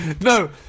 No